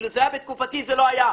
אם זה היה בתקופתי, זה לא היה.